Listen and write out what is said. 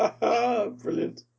brilliant